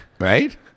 Right